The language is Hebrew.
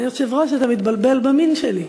אדוני היושב-ראש, אתה מתבלבל במין שלי.